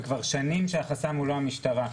וכבר שנים שהמשטרה היא לא החסם.